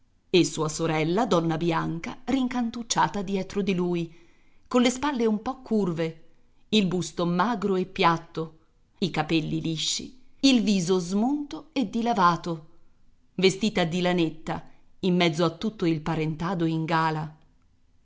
e sua sorella donna bianca rincantucciata dietro di lui colle spalle un po curve il busto magro e piatto i capelli lisci il viso smunto e dilavato vestita di lanetta in mezzo a tutto il parentado in gala